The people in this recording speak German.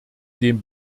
dem